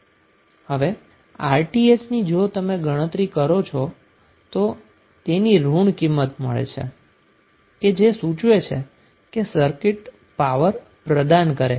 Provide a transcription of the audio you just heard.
હવે Rthની જો તમે ગણતરી કરો છો તો તેની ઋણ કિંમત મળે છે જે સુચવે છે કે સર્કિટ પાવર પ્રદાન કરે છે